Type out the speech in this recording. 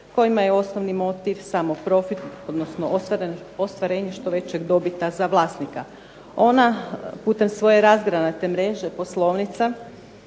kojima je osnovni motiv samo profit, odnosno ostvarenje što većeg dobita za vlasnika. Ona putem svoje razgranate mreže poslovnica